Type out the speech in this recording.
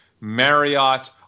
Marriott